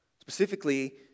specifically